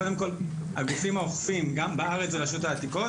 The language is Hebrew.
קודם כל הגופים האוכפים גם בארץ זה רשות העתיקות,